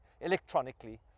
electronically